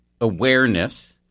awareness